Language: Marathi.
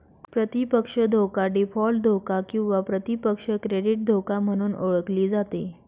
प्रतिपक्ष धोका डीफॉल्ट धोका किंवा प्रतिपक्ष क्रेडिट धोका म्हणून ओळखली जाते